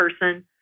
person